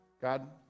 God